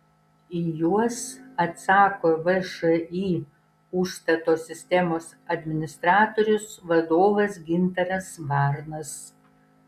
į juos atsako všį užstato sistemos administratorius vadovas gintaras varnas